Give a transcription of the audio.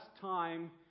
time